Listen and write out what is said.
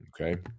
Okay